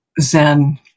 zen